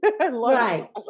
Right